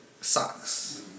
Socks